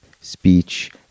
speech